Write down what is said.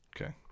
Okay